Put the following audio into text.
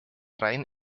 rein